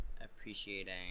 appreciating